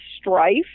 strife